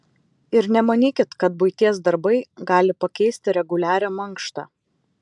ir nemanykit kad buities darbai gali pakeisti reguliarią mankštą